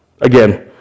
again